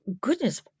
Goodness